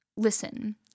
listen